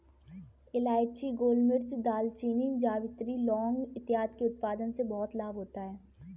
इलायची, गोलमिर्च, दालचीनी, जावित्री, लौंग इत्यादि के उत्पादन से बहुत लाभ होता है